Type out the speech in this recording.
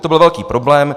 To byl velký problém.